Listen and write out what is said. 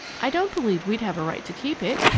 i don't believe we'd have a right to keep it.